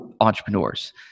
Entrepreneurs